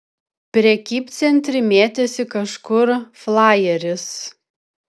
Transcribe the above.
prekybcentry mėtėsi kažkur flajeris